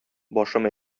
башым